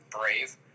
brave